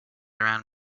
around